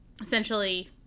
Essentially